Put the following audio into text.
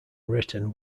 written